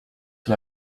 sur